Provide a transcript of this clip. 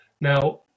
now